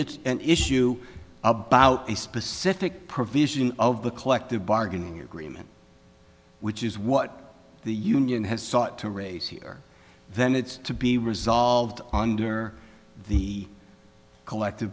it's an issue about a specific provision of the collective bargaining agreement which is what the union has sought to raise here then it's to be resolved under the collective